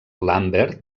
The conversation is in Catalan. lambert